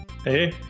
Hey